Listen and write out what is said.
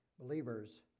believers